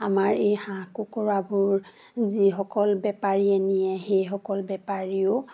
আমাৰ এই হাঁহ কুকুৰাবোৰ যিসকল বেপাৰীয়ে নিয়ে সেইসকল বেপাৰীয়েও